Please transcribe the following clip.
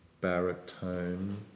baritone